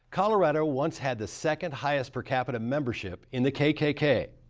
colorado once had the second highest per capita membership in the kkk.